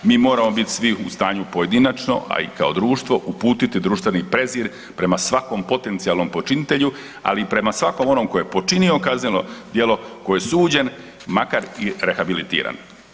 Mi moramo biti svi u stanju pojedinačno, a i kao društvo uputiti društveni prezir prema svakom potencijalnom počinitelju, ali i prema svakom onom tko je počinio kazneno djelo tko je suđen makar i rehabilitiran.